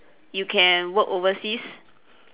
you can work overseas